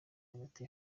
hagati